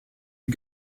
you